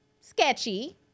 sketchy